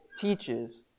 teaches